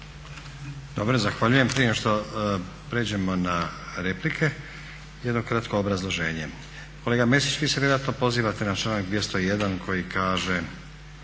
Dobro, zahvaljujem. Prije nego što prijeđemo na replike jedno kratko obrazloženje. Kolega Mesić vi se vjerojatno pozivate na članak 201. koji kaže